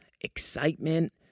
excitement